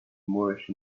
moorish